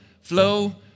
flow